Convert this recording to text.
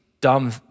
dumb